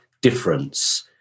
difference